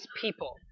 people